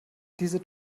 diese